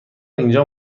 اینجا